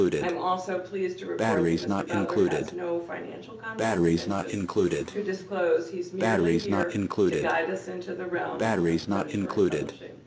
i'm also pleased to report that mr. butler has no financial conflicts of interest to disclose. he's merely here to guide us into the realm of predatory publishing.